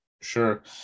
sure